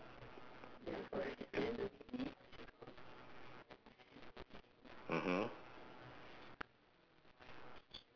mmhmm